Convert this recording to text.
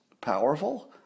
powerful